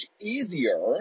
easier